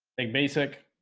take basic